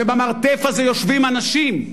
ובמרתף הזה יושבים אנשים.